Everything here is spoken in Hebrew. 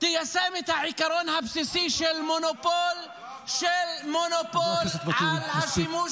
תיישם את העיקרון הבסיסי של מונופול על השימוש בכוח.